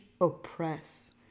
Oppress